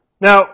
Now